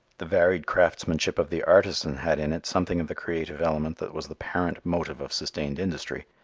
the varied craftsmanship of the artisan had in it something of the creative element that was the parent motive of sustained industry.